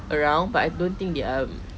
around but I don't think they are um